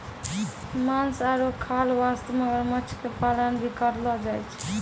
मांस आरो खाल वास्तॅ मगरमच्छ के पालन भी करलो जाय छै